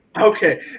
Okay